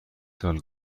سال